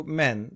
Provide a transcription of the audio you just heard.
men